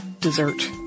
dessert